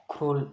Ukhrul